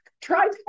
try